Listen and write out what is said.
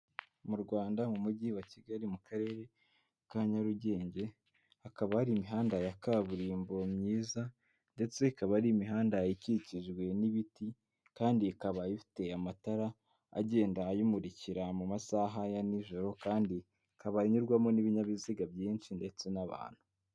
Mu Rwanda mu mujyi wa Kigali mu karere ka Nyarugenge hakaba ari imihanda ya kaburimbo myiza, ndetse ikaba ari imihanda ikikijwe n'ibiti kandi ikaba ifite amatara agenda ayimurikira mu masaha ya nijoro, kandi ikaba inyurwamo n'ibinyabiziga byinshi ndetse n'abantu.